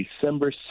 December